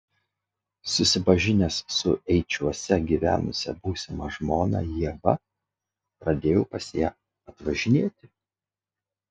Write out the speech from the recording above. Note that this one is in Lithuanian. susipažinęs su eičiuose gyvenusia būsima žmona ieva pradėjau pas ją atvažinėti